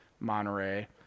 Monterey